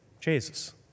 Jesus